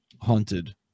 haunted